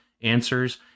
answers